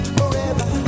forever